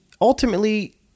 ultimately